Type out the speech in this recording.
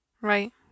right